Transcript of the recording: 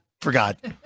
Forgot